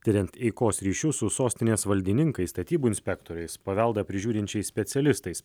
tiriant eikos ryšių su sostinės valdininkais statybų inspektoriais paveldą prižiūrinčiais specialistais